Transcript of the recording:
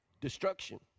destruction